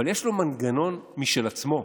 אבל יש לו מנגנון משל עצמו.